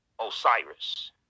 Osiris